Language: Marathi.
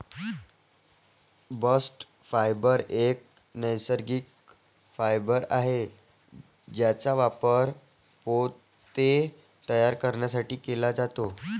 बस्ट फायबर एक नैसर्गिक फायबर आहे ज्याचा वापर पोते तयार करण्यासाठी केला जातो